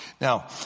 Now